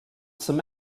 some